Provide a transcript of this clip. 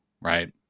right